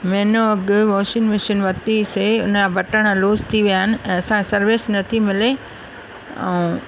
महिने अॻु washing machine वरिती से हुन जा बटन लूस थी विया आहिनि असां सर्विस नथी मिले ऐं